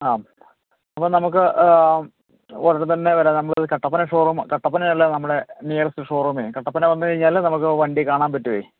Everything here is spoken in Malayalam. ആ അപ്പം നമുക്ക് ഉടൻ തന്നെ വരാം നമുക്കിത് കട്ടപ്പന ഷോറൂമാണ് കട്ടപ്പനയല്ലെ നമ്മുടെ നിയറെസ്റ്റ് ഷോറൂം കട്ടപ്പന വന്നു കഴിഞ്ഞാൽ നമുക്ക് വണ്ടി കാണാൻ പറ്റും